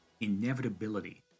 inevitability